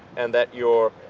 and that you're,